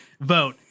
vote